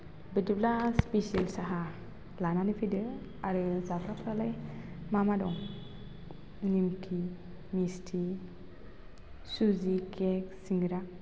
बिदिब्ला स्फिसेल साहा लानानै फैदो आरो जाग्राफ्रालाय मा मा दं निमखि मिस्टि सुजि केक सिंग्रा